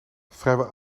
vrijwel